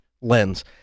lens